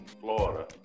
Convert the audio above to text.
Florida